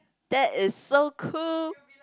that is so cool